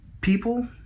people